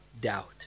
doubt